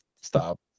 stop